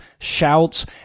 shouts